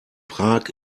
prag